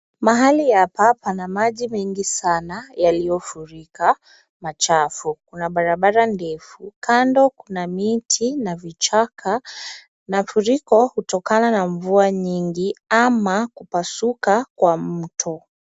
Mahali hapa pana maji mengi sana yaliyofurika machafu. Kuna barabara ndefu, kando kuna miti na vichaka. Mafuriko kutokana na mvua nyingi ama kupasuka kwa mto.